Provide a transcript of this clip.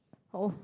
oh